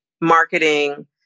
marketing